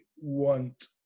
want